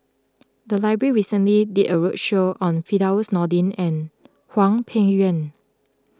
the library recently did a roadshow on Firdaus Nordin and Hwang Peng Yuan